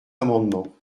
amendement